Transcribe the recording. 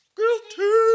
guilty